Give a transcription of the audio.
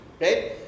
right